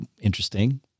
interesting